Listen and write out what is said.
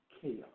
chaos